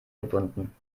gebunden